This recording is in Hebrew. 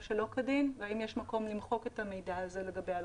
שלא כדין והאם יש מקום למחוק את המידע הזה לגבי הלקוח.